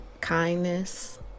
kindness